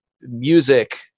music